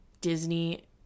Disney